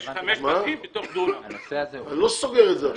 הנושא הזה מאוד מורכב.